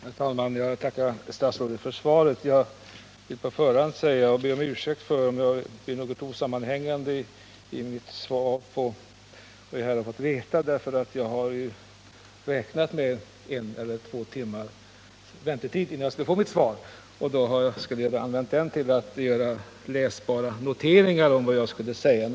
Herr talman! Jag tackar statsrådet för svaret. Jag vill på förhand be om ursäkt för att jag kan komma att bli något osammanhängande i mina kommentarer till svaret. Jag hade nämligen räknat med att det skulle dröja en eller två timmar innan jag fick det, och den tiden skulle jag ha använt till att göra läsbara noteringar för mina kommentarer.